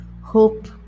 hope